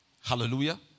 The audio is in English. Hallelujah